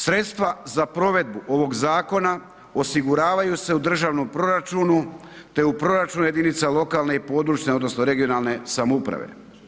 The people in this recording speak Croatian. Sredstva za provedbu ovog zakona osiguravaju se u državnom proračunu te u proračunu jedinica lokalne i područne (regionalne) samouprave.